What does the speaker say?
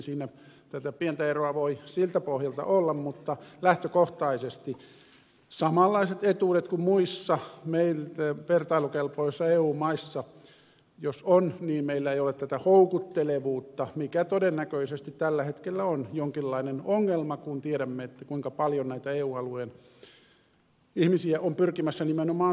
siinä tätä pientä eroa voi siltä pohjalta olla mutta jos on lähtökohtaisesti samanlaiset etuudet kuin muissa vertailukelpoisissa eu maissa niin meillä ei ole houkuttelevuutta mikä todennäköisesti tällä hetkellä on jonkinlainen ongelma kun tiedämme kuinka paljon näitä eu alueen ihmisiä on pyrkimässä nimenomaan suomeen